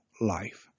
life